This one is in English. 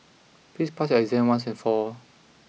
please pass your exam once and for all